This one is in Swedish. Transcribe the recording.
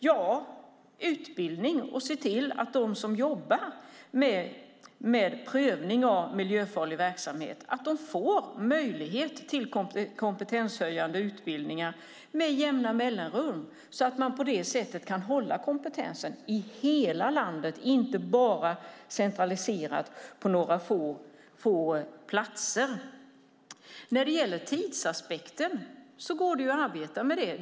Ja, lösningen är utbildning och att man ser till att de som jobbar med prövning av miljöfarlig verksamhet får möjlighet till kompetenshöjande utbildningar med jämna mellanrum, så att man på det sättet kan hålla kompetensen uppe i hela landet, inte bara centraliserat på några få platser. Tidsaspekten går det att arbeta med.